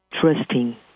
trusting